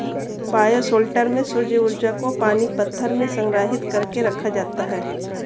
bioshelter में सौर्य ऊर्जा को पानी पत्थर में संग्रहित कर के रखा जाता है